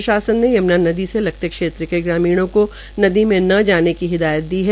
प्रशासन ने यम्ना नदी से लगते क्षेत्र के ग्रामीणों को नदी में न जाने की हिदायत की है